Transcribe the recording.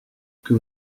que